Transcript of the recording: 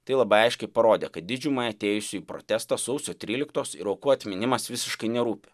tai labai aiškiai parodė kad didžiumai atėjusių į protestą sausio tryliktos ir aukų atminimas visiškai nerūpi